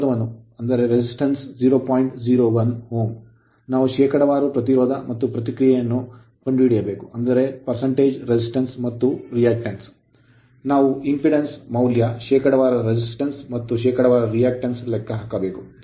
01 Ω ನಾವು ಶೇಕಡಾವಾರು ಪ್ರತಿರೋಧ ಮತ್ತು ಪ್ರತಿಕ್ರಿಯೆಯನ್ನು ಕಂಡುಹಿಡಿಯಬೇಕು ನಾವು impedance ಅಡೆತಡೆ ಮೌಲ್ಯ ಶೇಕಡಾವಾರು resistance ಪ್ರತಿರೋಧ ಮತ್ತು ಶೇಕಡಾವಾರು reactance ಪ್ರತಿಕ್ರಿಯಾವನ್ನು ಲೆಕ್ಕಹಾಕಬೇಕು